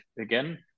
again